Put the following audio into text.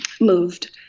moved